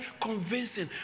convincing